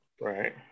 Right